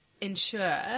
ensure